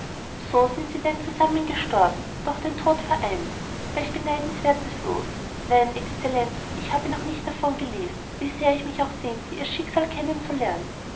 so sind sie denn zusammen gestorben durch den tod vereinigt welch beneidenswertes los nein exzellenz ich habe noch nicht davon gelesen wie sehr ich mich auch sehnte ihr schicksal